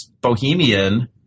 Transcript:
bohemian